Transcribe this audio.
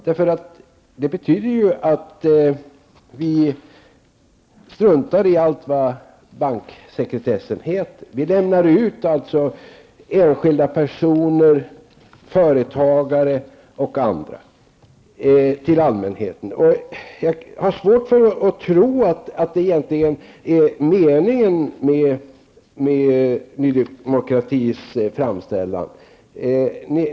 Det skulle betyda att vi struntar i allt vad banksekretessen heter. Vi skulle då lämna ut enskilda personer, företagare och andra till allmänheten. Jag har svårt att tro att detta egentligen är meningen med Ny Demokratis framställan.